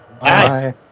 Bye